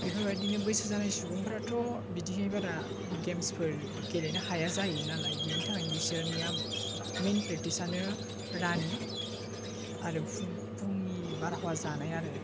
बेफोरबायदिनो बैसो जानाय सुबुंफ्राथ' बिदिहाय बारा गेम्स फोर गेलेनो हाया जायो नालाय बिनि थाखायनो बिसोरनिया मेन प्रेकटिस आनो रानिं आरो फुं फुंनि बारहावा जानाय आरो